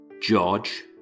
George